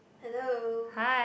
hello